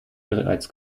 bereits